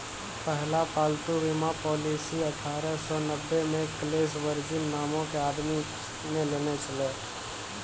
पहिला पालतू बीमा पॉलिसी अठारह सौ नब्बे मे कलेस वर्जिन नामो के आदमी ने लेने छलै